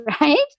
right